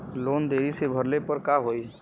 Loan देरी से भरले पर का होई?